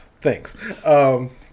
thanks